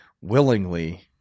willingly